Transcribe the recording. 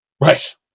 Right